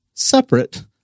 separate